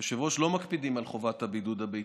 היושב-ראש, לא מקפידים על חובת הבידוד הביתי.